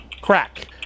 crack